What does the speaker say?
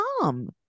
mom